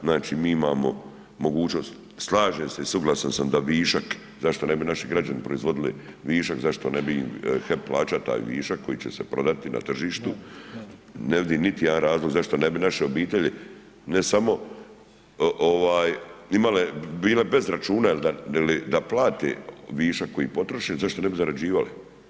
Znači mi imamo mogućnost, slažem se, suglasan sam da višak, zašto ne bi naši građani proizvodili višak, zašto ne bi HEP plaćao taj višak koji će se prodati na tržištu, ne vidim niti jedan razlog zašto ne bi naše obitelji, ne samo imale, bile bez računa ili da plate višak koji potroše, zašto ne bi zarađivali?